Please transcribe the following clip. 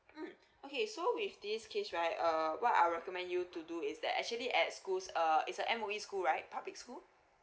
mm okay so with this case right err what I'll recommend you to do is that actually at schools uh it's a M_O_E school right public school